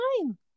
time